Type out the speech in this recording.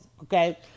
Okay